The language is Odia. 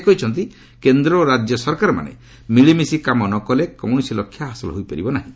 ସେ କହିଛନ୍ତି କେନ୍ଦ୍ର ଓ ରାଜ୍ୟ ସରକାରମାନେ ମିଳିମିଶି କାମ ନ କଲେ କୌଣସି ଲକ୍ଷ୍ୟ ହାସଲ ହୋଇପାରିବ ନାହିଁ